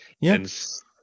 yes